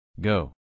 go